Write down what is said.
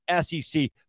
SEC